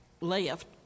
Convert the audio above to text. left